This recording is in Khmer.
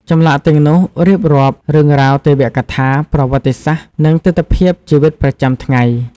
ចម្លាក់ទាំងនោះរៀបរាប់រឿងរ៉ាវទេវកថា ប្រវត្តិសាស្ត្រ និងទិដ្ឋភាពជីវិតប្រចាំថ្ងៃ។